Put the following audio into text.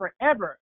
forever